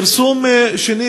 כרסום שני,